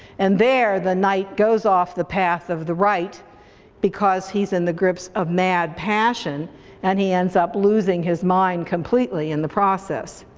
and there the knight goes off the path of the right because he's in the grips of mad passion and he ends up losing his mind completely in the process.